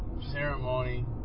ceremony